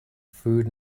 food